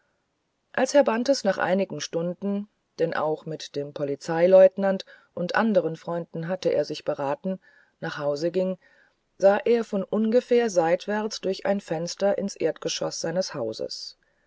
als herr bantes nach einigen stunden denn auch mit dem polizeileutnant und anderen freunden hatte er sich beraten nach hause ging sah er von ungefähr seitwärts durch ein fenster ins erdgeschoß seines hauses